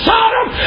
Sodom